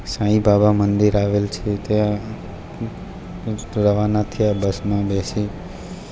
સાંઈબાબા મંદિર આવેલ છે ત્યાં રવાના થયા બસમાં બેસી